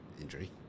Injury